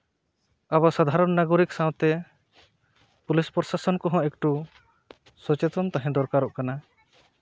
ᱟᱵᱚ ᱥᱟᱫᱷᱟᱨᱚᱱ ᱱᱟᱜᱚᱨᱤᱠ ᱥᱟᱶᱛᱮ ᱯᱩᱞᱤᱥ ᱯᱨᱚᱥᱟᱥᱚᱱ ᱠᱚᱦᱚᱸ ᱮᱠᱴᱩ ᱥᱚᱪᱮᱛᱚᱱ ᱛᱟᱦᱮᱸ ᱫᱚᱨᱠᱟᱨᱚᱜ ᱠᱟᱱᱟ